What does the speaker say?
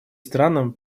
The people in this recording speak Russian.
странам